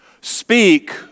speak